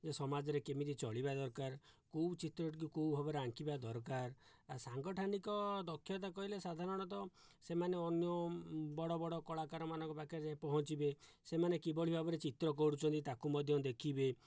ଏ ସମାଜରେ କେମିତି ଚଳିବା ଦରକାର କେଉଁ ଚିତ୍ରଟି କେଉଁ ଭାବରେ ଆଙ୍କିବା ଦରକାର ସାଙ୍ଗଠନିକ ଦକ୍ଷତା କହିଲେ ସାଧାରଣତଃ ସେମାନେ ଅନ୍ୟ ବଡ଼ ବଡ଼ କଳାକାରମାନଙ୍କ ପାଖରେ ଯାଇକି ପହଞ୍ଚିବେ ସେମାନେ କିଭଳି ଭାବରେ ଚିତ୍ର କରୁଛନ୍ତି ତାକୁ ମଧ୍ୟ ଦେଖିବେ